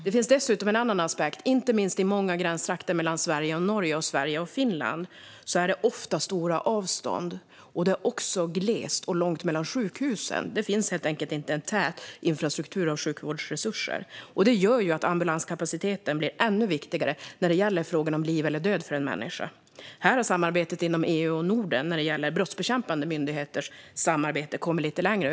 Det finns dessutom en annan aspekt, och det är att det inte minst i många gränstrakter mellan Sverige och Norge och Sverige och Finland ofta är stora avstånd. Det är också glest och långt mellan sjukhusen. Det finns helt enkelt inte en tät infrastruktur av sjukvårdsresurser. Detta gör att ambulanskapaciteten blir ännu viktigare när det gäller frågan om liv eller död för en människa. Här har samarbetet inom EU och Norden mellan brottsbekämpande myndigheter kommit lite längre.